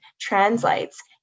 translates